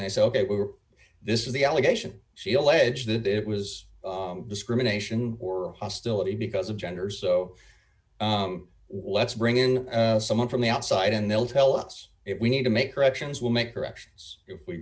and i say ok we're this is the allegation she alleged that it was discrimination or hostility because of gender so let's bring in someone from the outside and they'll tell us if we need to make corrections will make corrections if we